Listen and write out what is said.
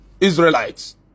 Israelites